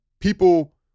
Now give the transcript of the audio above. people